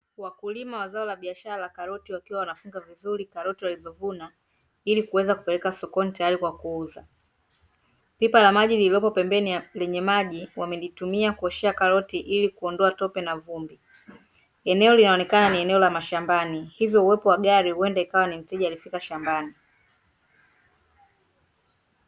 Wakulima wa zao la biashara karoti wakiwa wanavuna karoti walizovuna ili kupeleka sokoni kwa tayari kwa kuuza. Pipa lenye maji wamelitumia kuoshea karoti ili kuondoa karoti ili kuondoa tope na vumbi linaoneka eneo la shambani. Hivyo uwepo wa gari huwenda ni mteja amefika shambani.